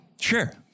Sure